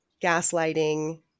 gaslighting